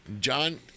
John